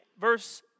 Verse